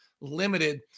limited